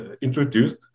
introduced